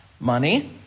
money